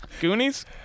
Goonies